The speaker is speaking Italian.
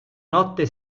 notte